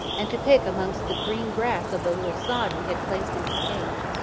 and to pick amongst the green grass of the little sod we had placed in his cage.